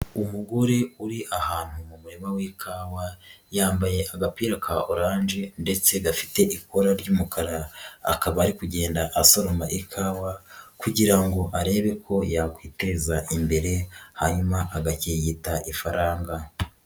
Umugore uri ahantu mu murima wi'ikawa, yambaye agapira ka oranje ndetse gafite ikora ry'umukara, akaba ari kugenda asoroma ikawa kugira ngo arebe ko yakwiteza imbere hanyuma agakirigita ifaranga.